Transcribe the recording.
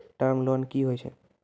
Term loan कि होय छै?